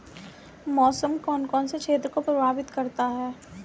मौसम कौन कौन से क्षेत्रों को प्रभावित करता है?